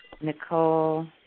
Nicole